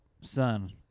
son